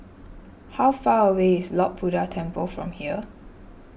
how far away is Lord Buddha Temple from here